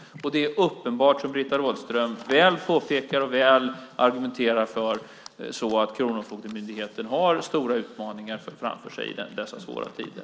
Det är uppenbart som Britta Rådström väl påpekar och väl argumenterar för så att Kronofogdemyndigheten har stora utmaningar framför sig i dessa svåra tider.